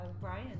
Brian